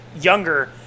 younger